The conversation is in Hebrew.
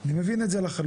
אני מבין את זה לחלוטין,